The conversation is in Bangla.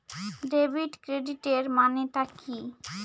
ডেবিট ক্রেডিটের মানে টা কি?